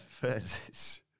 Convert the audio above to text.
versus